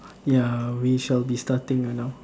ya we shall be starting ah now